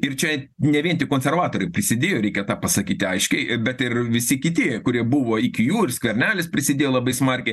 ir čia ne vien tik konservatoriai prisidėjo reikia tą pasakyti aiškiai bet ir visi kiti kurie buvo iki jų ir skvernelis prisidėjo labai smarkiai